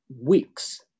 weeks